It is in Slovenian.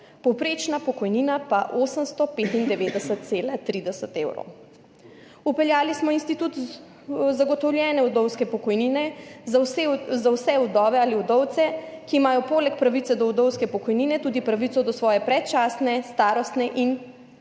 povprečna pokojnina pa 895,30 evrov. Vpeljali smo institut zagotovljene vdovske pokojnine za vse vdove ali vdovce, ki imajo poleg pravice do vdovske pokojnine tudi pravico do svoje predčasne starostne in invalidske